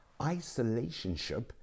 Isolationship